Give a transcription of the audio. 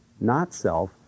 not-self